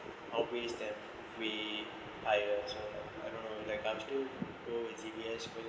obvious them we I I don't know like I'm still go and C_B_S